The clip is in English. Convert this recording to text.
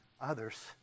others